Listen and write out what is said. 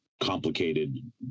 complicated